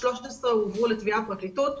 13 הועברו לתביעה בפרקליטות,